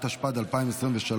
התשפ"ד 2024,